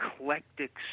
eclectic